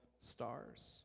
stars